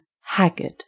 haggard